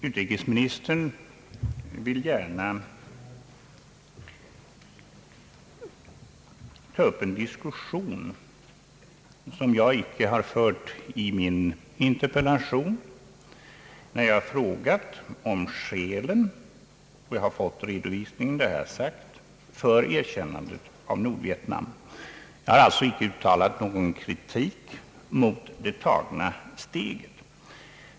Herr talman! Utrikesministern vill gärna ta upp en diskussion, som jag icke har fört i min interpellation, när jag frågat om skälen — och jag har fått redovisning, det har jag också sagt — för erkännandet av Nordvietnam. Jag har alltså icke uttalat någon kritik mot det tagna steget.